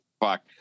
fuck